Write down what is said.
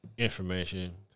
Information